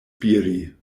spiri